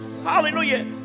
Hallelujah